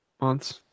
Months